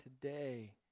today